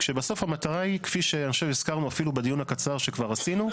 כשבסוף המטרה היא כפי שאני חושב הזכרנו אפילו בדיון הקצר שכבר עשינו,